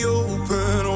open